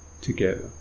together